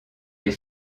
les